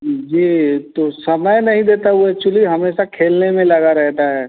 जी तो समय नहीं देता वह एक्चुअली हमेशा खेलने में लगा रहता है